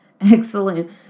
Excellent